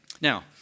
now